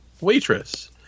waitress